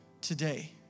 today